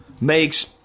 makes